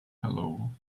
hell